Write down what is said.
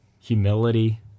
humility